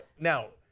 now,